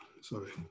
sorry